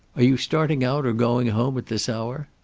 are you starting out or going home, at this hour?